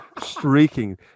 streaking